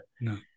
No